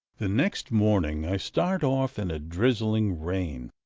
the next morning i start off in a drizzling rain,